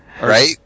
Right